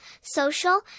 social